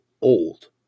old